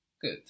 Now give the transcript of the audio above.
Good